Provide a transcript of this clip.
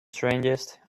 strangest